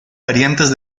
variantes